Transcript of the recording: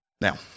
Now